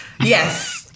Yes